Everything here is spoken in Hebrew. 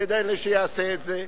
כדאי שיעשה את זה.